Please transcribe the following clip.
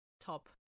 top